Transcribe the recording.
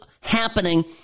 happening